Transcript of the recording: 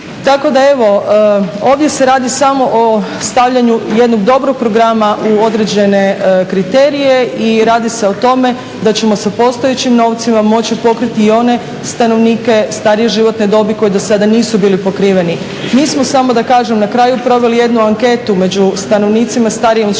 Tako da evo, ovdje se radi samo o stavljanju jednog dobrog programa u određene kriterije i radi se o tome da ćemo sa postojećim novcima moći pokriti i one stanovnike starije životne dobi koji do sada nisu bili pokriveni. Mi smo, samo da kažem na kraju proveli jednu anketu među stanovnicima starijim od 65 godina,